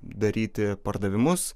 daryti pardavimus